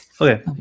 okay